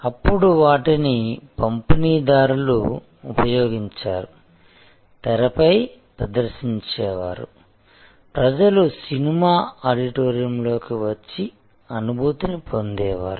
అప్పుడు వాటిని పంపిణీదారులు ఉపయోగించారు తెరపై ప్రదర్శించేవారు ప్రజలు సినిమా ఆడిటోరియం లోకి వచ్చి అనుభూతిని పొందేవారు